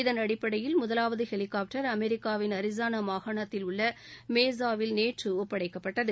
இதன் அடிப்படையில் முதலாவது ஹெலிகாப்டர் அமெிக்காவின் அரிஸானா மாகாணத்தில் உள்ள மேஸாவில் நேற்று ஒப்படைக்கப்பட்டது